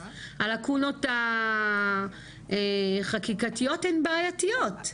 הלקונות החקיקתיות הן בעייתיות.